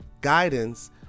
guidance